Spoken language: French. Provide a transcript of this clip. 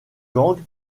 gangs